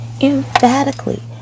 emphatically